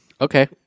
okay